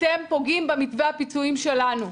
אתם פוגעים במתווה הפיצויים שלנו.